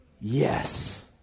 yes